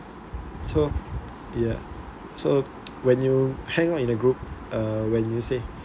so ya so when you hang out in a group uh when you say